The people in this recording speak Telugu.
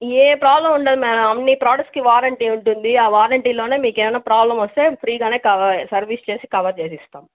ఏ ప్రాబ్లం ఉండదు మ్యామ్ అన్ని ప్రొడక్ట్స్ కి వారంటీ ఉంటుంది ఆ వారంటీ లోనే మీకేమన్న ప్రాబ్లం వస్తే ఫ్రీగానే కావా సర్వీస్ చేసి కవర్ చేసిస్తాం